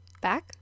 back